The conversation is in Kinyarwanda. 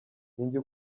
ninjye